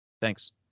Thanks